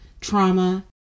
trauma